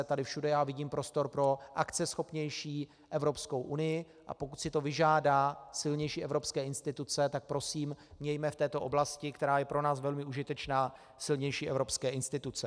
Tady všude vidím prostor pro akceschopnější Evropskou unii, a pokud si to vyžádají silnější evropské instituce, tak prosím mějme v této oblasti, která je pro nás velmi užitečná, silnější evropské instituce.